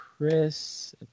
Chris